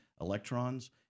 electrons